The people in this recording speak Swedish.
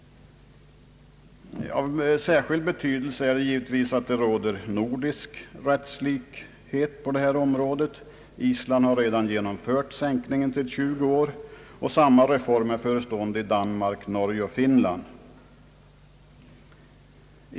Av särskild betydelse är givetvis att det råder nordisk rättslikhet på detta område. Island har redan genomfört en sänkning till 20 år, och samma reform är förestående i Danmark, Norge och Finland.